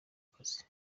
kazi